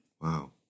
Wow